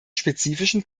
spezifischen